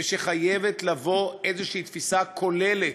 וחייבת לבוא איזושהי תפיסה כוללת,